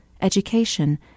education